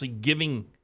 giving